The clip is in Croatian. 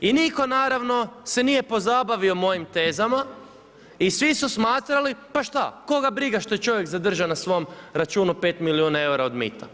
I nitko naravno se nije pozabavio mojim tezama i svi su smatrali pa šta, koga briga što je čovjek zadržan na svom računu 5 milijuna eura od mita.